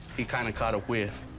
he kinda caught a whiff.